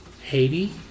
Haiti